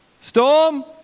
Storm